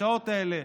השעות האלה,